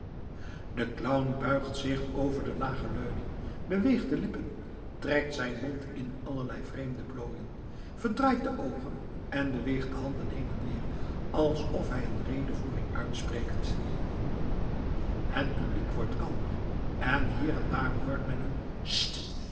de clown buigt zich over de lage leuning beweegt de lippen trekt zijn mond in allerlei vreemde plooien verdraait de oogen en beweegt de handen heen en weer alsof hij een redevoering uitspreekt het publiek wordt kalmer en hier en daar hoort men een